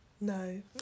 No